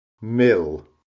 mill